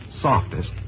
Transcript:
softest